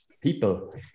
people